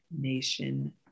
nation